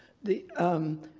the, um.